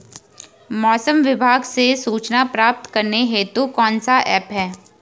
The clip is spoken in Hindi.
मौसम विभाग से सूचना प्राप्त करने हेतु कौन सा ऐप है?